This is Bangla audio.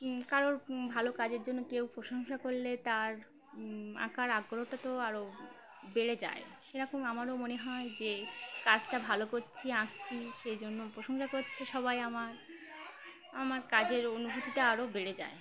কারোর ভালো কাজের জন্য কেউ প্রশংসা করলে তার আঁকার আগ্রহটা তো আরও বেড়ে যায় সেরকম আমারও মনে হয় যে কাজটা ভালো করছি আঁকছি সেই জন্য প্রশংসা করছে সবাই আমার আমার কাজের অনুভূতিটা আরও বেড়ে যায়